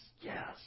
yes